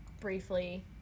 briefly